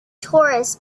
tourists